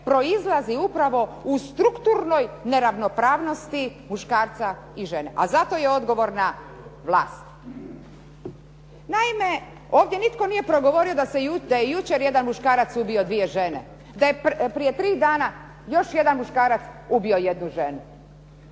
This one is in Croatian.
proizlazi upravo u strukturnoj neravnopravnosti muškarca i žene. I zato je odgovor na vlast. Naime, ovdje nitko nije progovorio da je jučer jedan muškarac ubio dvije žene. Da je prije tri dana još jedan muškarac ubio jednu ženu.